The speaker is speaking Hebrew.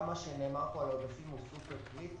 גם מה שנאמר פה על העודפים הוא סופר קריטי.